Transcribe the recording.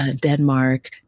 Denmark